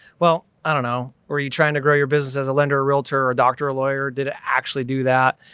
well, i dunno. or are you trying to grow your business as a lender or realtor or a doctor or a lawyer? did it actually do that?